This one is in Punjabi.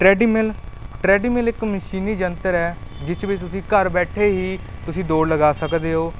ਟਰੈਡੀਮਿਲ ਟਰੈਡੀਮਿਲ ਇੱਕ ਮਸ਼ੀਨੀ ਜੰਤਰ ਹੈ ਜਿਸ ਵਿੱਚ ਤੁਸੀਂ ਘਰ ਬੈਠੇ ਹੀ ਤੁਸੀਂ ਦੌੜ ਲਗਾ ਸਕਦੇ ਹੋ